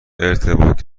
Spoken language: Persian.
ارتباط